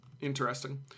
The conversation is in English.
interesting